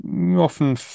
often